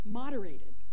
moderated